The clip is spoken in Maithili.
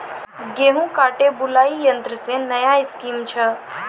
गेहूँ काटे बुलाई यंत्र से नया स्कीम छ?